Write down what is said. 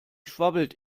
schwabbelt